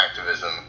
activism